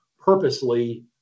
purposely